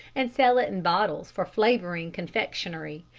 and sell it in bottles for flavouring confectionery,